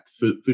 Food